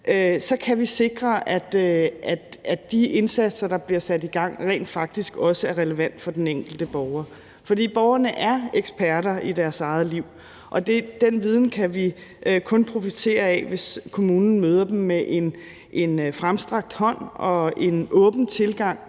så kan vi sikre, at de indsatser, der bliver sat i gang, rent faktisk også er relevante for den enkelte borger. For borgerne er eksperter i deres eget liv, og den viden kan vi kun profitere af, hvis kommunen møder dem med en fremstrakt hånd og en åben tilgang